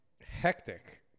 hectic